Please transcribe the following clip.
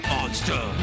Monster